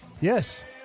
Yes